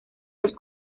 los